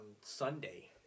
Sunday